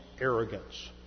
arrogance